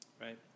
Right